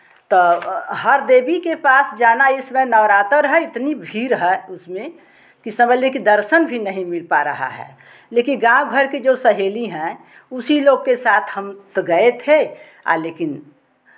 तो हर देवी के पास जाना इस समय नवरातो रहा इतनी भीड़ है उसमें कि समझ लिए कि दर्शन भी नहीं मिल पा रहा है लेकिन गाँव घर के जो सहेली हैं उसी लोग के साथ हम तो गए थे आ लेकिन